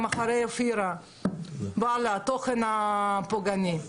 אחרי אופירה ועל התוכן הפוגעני,